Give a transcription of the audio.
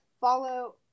follow